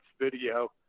Video